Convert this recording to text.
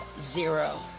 zero